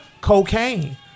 Cocaine